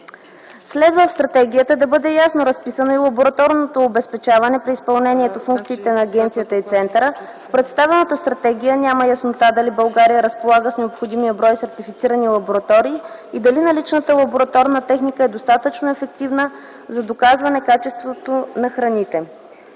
Следва в стратегията да бъде ясно разписано и лабораторното обезпечаване при изпълнението функциите на агенцията и центъра. В представената стратегия няма яснота дали България разполага с необходимия брой сертифицирани лаборатории и дали наличната лабораторна техника е достатъчно ефективна за доказване качеството на храните.